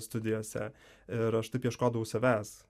studijose ir aš taip ieškodavau savęs